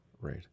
Right